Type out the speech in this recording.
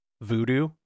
Voodoo